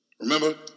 Remember